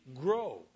grow